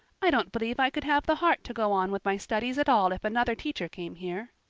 i don't believe i could have the heart to go on with my studies at all if another teacher came here.